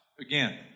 again